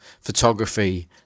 photography